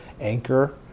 anchor